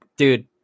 Dude